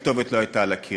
שהכתובת לא הייתה על הקיר.